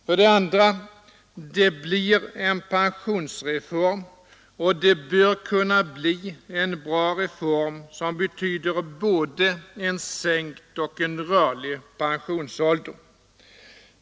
För det andra: det blir en pensionsreform, och det bör kunna bli en bra reform som betyder både en sänkt och en rörlig pensionsålder.